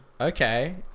Okay